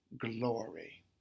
glory